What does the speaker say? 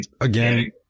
again